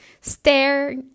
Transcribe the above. stare